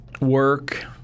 work